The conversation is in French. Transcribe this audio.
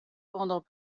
pendant